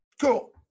Cool